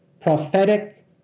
prophetic